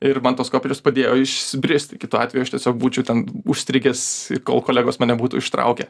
ir man tos kopėčios padėjo išsibristi kitu atveju aš tiesiog būčiau ten užstrigęs kol kolegos mane būtų ištraukę